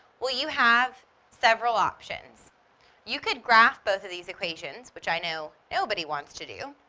well you have several options you could graph both of these equations, which i know nobody wants to do.